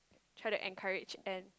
try to encourage and